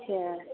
अच्छा